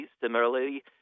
Similarly